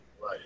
Right